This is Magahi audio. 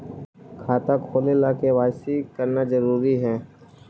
खाता खोले ला के दवाई सी करना जरूरी है?